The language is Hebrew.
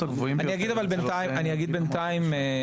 הוא מדבר על נתונים.